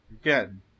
Again